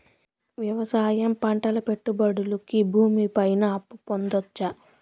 వ్యవసాయం పంటల పెట్టుబడులు కి భూమి పైన అప్పు పొందొచ్చా?